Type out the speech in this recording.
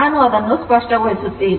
ನಾನು ಅದನ್ನು ಸ್ಪಷ್ಟಗೊಳಿಸುತ್ತೇನೆ